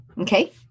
Okay